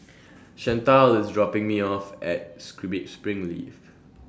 Chantal IS dropping Me off At Springleaf